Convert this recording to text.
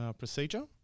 procedure